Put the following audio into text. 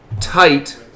tight